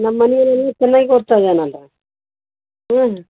ನಮ್ಮ ಮನೆಯಲ್ಲಿ ಚೆನ್ನಾಗಿ ಓದ್ತಾಯೀದ್ದಾನಲ್ಲ ಹಾಂ